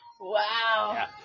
Wow